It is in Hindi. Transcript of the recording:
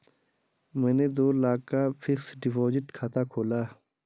मैंने दो लाख का फ़िक्स्ड डिपॉज़िट खाता खोला